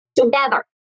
together